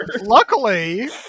luckily